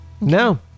no